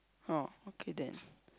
oh okay then